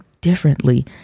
differently